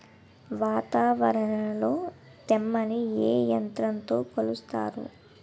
వాతావరణంలో తేమని ఏ యంత్రంతో కొలుస్తారు?